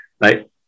Right